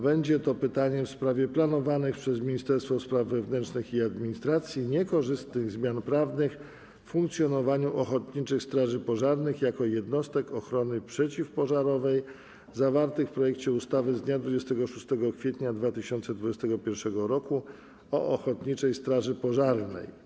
Będzie to pytanie w sprawie planowanych przez Ministerstwo Spraw Wewnętrznych i Administracji niekorzystnych zmian prawnych w funkcjonowaniu ochotniczych straży pożarnych jako jednostek ochrony przeciwpożarowej zawartych w projekcie ustawy z dnia 26 kwietnia 2021 r. o ochotniczej straży pożarnej.